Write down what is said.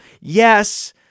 yes